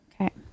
Okay